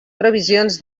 previsions